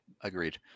agreed